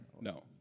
No